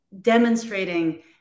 demonstrating